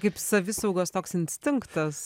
kaip savisaugos toks instinktas